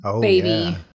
baby